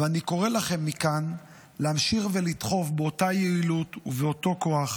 ואני קורא לכם מכאן להמשיך ולדחוף באותה יעילות ובאותו כוח,